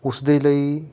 ਉਸ ਦੇ ਲਈ